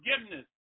forgiveness